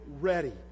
ready